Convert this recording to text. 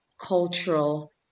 cultural